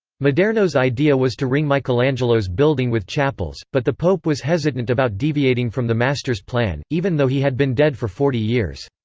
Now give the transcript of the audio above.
maderno's idea was to ring michelangelo's building with chapels, but the pope was hesitant about deviating from the master's plan, even though he had been dead for forty years.